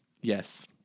Yes